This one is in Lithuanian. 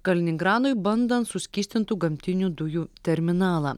kaliningranui bandant suskystintų gamtinių dujų terminalą